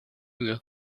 uur